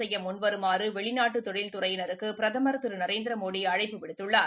செய்ய முன்வருமாறு வெளிநாட்டு தொழில் துறையினருக்கு பிரதமர் திரு நரேந்திர மோடி அழைப்பு விடுத்துள்ளார்